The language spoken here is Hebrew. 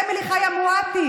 אמילי חיה מואטי,